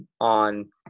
on